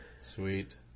sweet